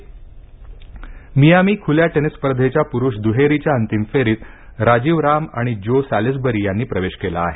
Miami tennis Miami खुल्या tennis स्पर्धेच्या पुरुष दुहेरीच्या अंतिम फेरीत राजीव राम आणि जो सॅलिसबरी यांनी प्रवेश केला आहे